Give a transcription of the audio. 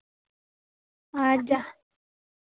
ᱟᱨ ᱡᱟᱦᱟᱸ